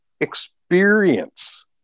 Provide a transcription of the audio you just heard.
Experience